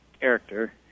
character